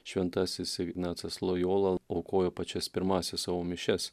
šventasis ignacas lojola aukojo pačias pirmąsias savo mišias